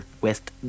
West